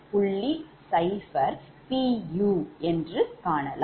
u காணலாம்